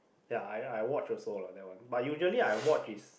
ya I I watch also lah that one but usually I watch is